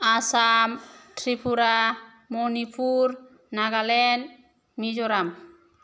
Assam Tripura Manipur Nagaland Mizoram